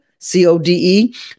C-O-D-E